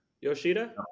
Yoshida